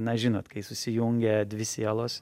na žinot kai susijungia dvi sielos